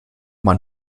man